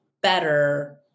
better